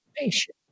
information